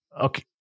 okay